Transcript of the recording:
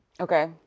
Okay